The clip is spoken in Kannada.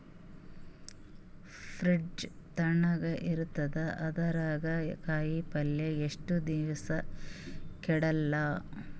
ಫ್ರಿಡ್ಜ್ ತಣಗ ಇರತದ, ಅದರಾಗ ಕಾಯಿಪಲ್ಯ ಎಷ್ಟ ದಿವ್ಸ ಕೆಡಲ್ಲ?